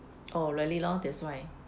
oh really lor that's why